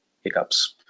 hiccups